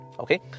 Okay